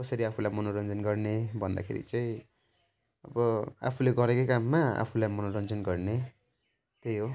कसरी आफूलाई मनोरञ्जन गर्ने भन्दाखेरि चाहिँ अब आफूले गरेकै काममा आफूलाई मनोरञ्जन गर्ने त्यही हो